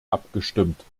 abgestimmt